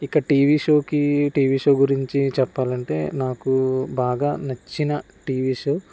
ఇక TV show కి TV show గురించి చెప్పాలంటే నాకు బాగా నచ్చిన టీవీ షో